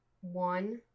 one